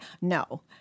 No